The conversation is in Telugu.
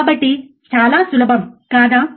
కాబట్టి చాలా సులభం కాదా